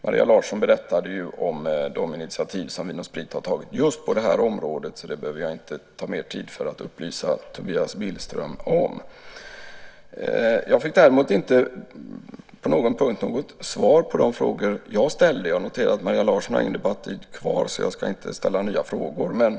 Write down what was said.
Maria Larsson berättade ju om de initiativ som Vin & Sprit har tagit just på det här området, så det behöver jag inte ta upp mera tid för att upplysa Tobias Billström om. Jag fick däremot inte på någon punkt något svar på de frågor som jag ställde. Jag noterar att Maria Larsson inte har någon debattid kvar, så jag ska inte ställa nya frågor till henne.